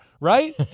right